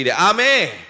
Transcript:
Amen